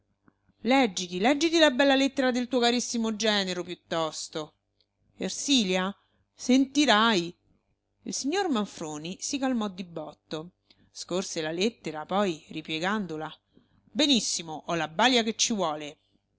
leggiti leggiti la bella lettera del tuo carissimo genero piuttosto ersilia sentirai il signor manfroni si calmò di botto scorse la lettera poi ripiegandola benissimo ho la balia che ci vuole